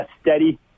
steady